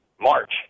March